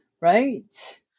right